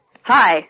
Hi